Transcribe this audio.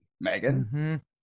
Megan